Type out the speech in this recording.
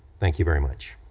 thank you very much.